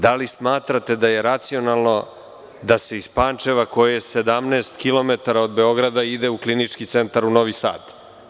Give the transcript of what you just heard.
Da li smatrate da je racionalno da se iz Pančeva koje je 17 kilometara od Beograda ide u Klinički centar u Novi Sad?